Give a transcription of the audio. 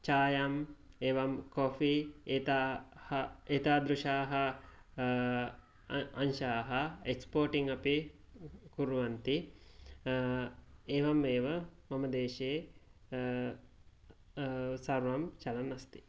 चायां एवं काफि एताः एतादृशाः अंशाः एक्सपोर्टिं अपि कुर्वन्ति एवं एव मम देशे सर्वं चलन् अस्ति